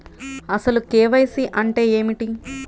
అసలు కే.వై.సి అంటే ఏమిటి?